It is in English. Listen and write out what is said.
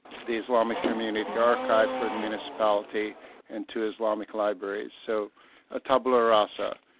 the islamic community archive for the municipality and two islamic libraries. so a tabula rasa.